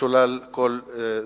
משולל כל זכויות.